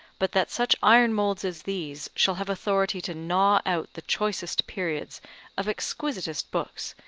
but that such iron-moulds as these shall have authority to gnaw out the choicest periods of exquisitest books,